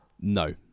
No